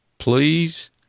Please